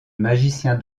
magicien